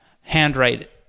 handwrite